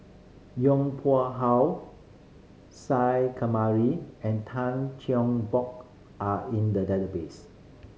Yong Pung How Isa Kamari and Tan Cheng Bock are in the database